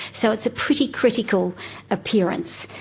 so it's a pretty critical appearance.